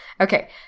Okay